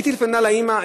היא טלפנה לאימא.